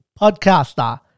podcaster